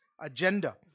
agenda